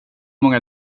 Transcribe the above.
många